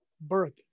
Birth